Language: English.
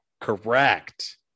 Correct